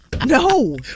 No